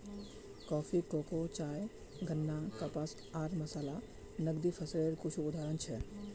coffee, cocoa, चाय, गन्ना, कपास आर मसाला नकदी फसलेर कुछू उदाहरण छिके